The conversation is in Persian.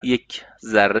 یکذره